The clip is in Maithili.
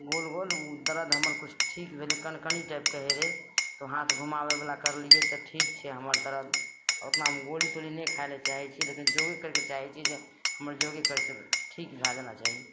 गोल गोल उ दर्द हमर किछु ठीक भेलय कन कनी टाइपके होइ रहय तऽ हाथ घुमाबयवला करलियै तऽ ठीक छै हमर दर्द ओतना उ गोली तोली नहि खाइ लए चाहय छियै लेकिन जॉगिंग करय लए चाहय छियै जे हमर जॉगिंग करतय ठीक भए जेना चाही